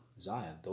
Zion